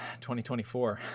2024